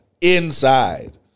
Inside